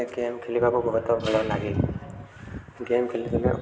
game ଖେିଲିବାକୁ ବହୁତ ଭଲ ଲାଗେ ଗେମ୍ ଖେଲିଦେଲେ